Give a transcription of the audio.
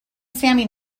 sami